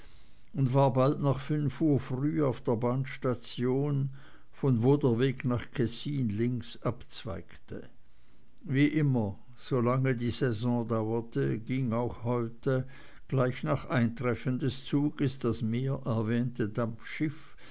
und war bald nach fünf uhr früh auf der bahnstation von wo der weg nach kessin links abzweigte wie immer solange die saison dauerte ging auch heute gleich nach eintreffen des zuges das mehrerwähnte